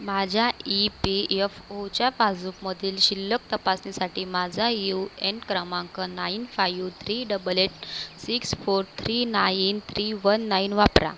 माझ्या E P F ओच्या पासबुकमधील शिल्लक तपासण्यासाठी माझा यू एन क्रमांक nine five three double eight six four three nine three one nine वापरा